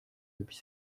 depuis